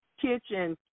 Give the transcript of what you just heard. kitchen